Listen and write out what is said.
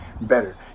better